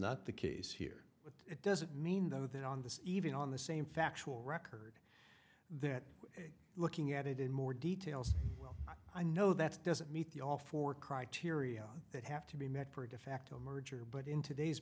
not the case here but it doesn't mean though that on this even on the same factual record that looking at it in more detail well i know that's doesn't meet the all for criteria that have to be met for a defacto merger but in today's